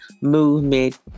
movement